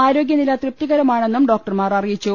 ആരോഗ്യനിലതൃപ്തികരമാണെന്നും ഡോക്ടർമാർ അറിയിച്ചു